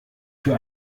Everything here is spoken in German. für